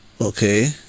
Okay